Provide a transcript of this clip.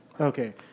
Okay